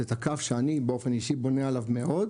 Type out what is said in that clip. את הקו שאני באופן אישי בונה עליו מאוד,